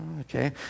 Okay